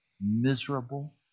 miserable